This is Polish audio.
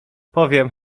powiem